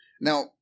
Now